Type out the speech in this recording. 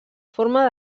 forma